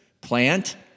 plant